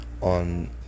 on